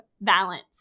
balance